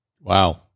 Wow